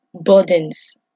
burdens